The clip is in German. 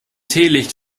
teelicht